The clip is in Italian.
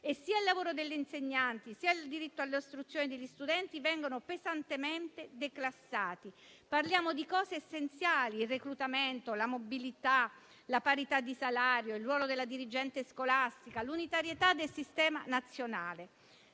e sia il lavoro dell'insegnante sia il diritto all'istruzione degli studenti vengono pesantemente declassati. Parliamo di cose essenziali: il reclutamento, la mobilità, la parità di salario, il ruolo della dirigente scolastica, l'unitarietà del sistema nazionale.